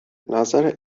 نظر